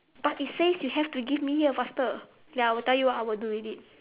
but it says you have to give me here faster then I will tell you what I would do with it